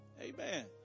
Amen